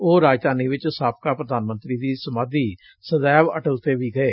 ਉਹ ਰਾਜਧਾਨੀ ਵਿਚ ਸਾਬਕਾ ਪ੍ਰਧਾਨ ਮੰਤਰੀ ਦੀ ਸਮਾਧੀ ਸਦੈਵ ਅਟਲ ਤੇ ੱਵੀ ਗਏ